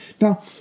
Now